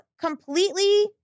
completely